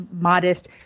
modest